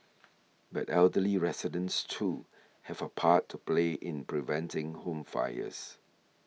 but elderly residents too have a part to play in preventing home fires